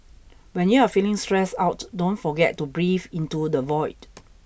when you are feeling stressed out don't forget to breathe into the void